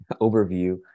overview